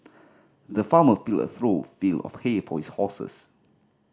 the farmer filled a through fill of hay for his horses